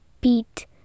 beat